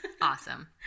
awesome